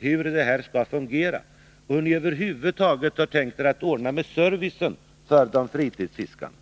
för hur det här skall fungera. Hur har ni över huvud taget tänkt er att ordna med servicen åt fritidsfiskarna?